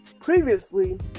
previously